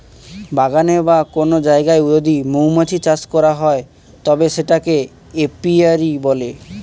বাগানে বা কোন জায়গায় যদি মৌমাছি চাষ করা হয় তবে সেটাকে এপিয়ারী বলে